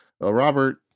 Robert